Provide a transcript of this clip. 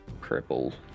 crippled